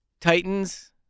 Titans